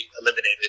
eliminated